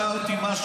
יושב פה פרוש.